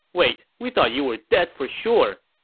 wait, we thought you were dead for sure!